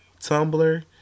Tumblr